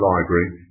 Library